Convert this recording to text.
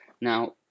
Now